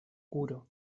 kuro